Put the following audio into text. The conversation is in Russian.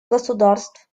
государств